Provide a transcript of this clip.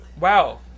Wow